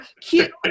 cute